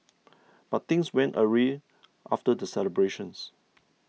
but things went awry after the celebrations